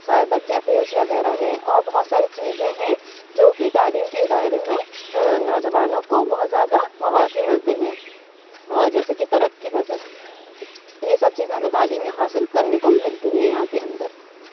Sybaris cafes وغیرہ ہیں اور بہت ساری چیزیں ہیں جوکہ تعلیم کے ادارے میں نوجوانوں کو بہت زیادہ مواقع ملتے ہیں اور جیسے کہ ترقی پسند یہ سب چیزیں ہمیں تعلیم میں حاصل کرنے کو ملتی ہیں یہاں کے اندر